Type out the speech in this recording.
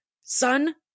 son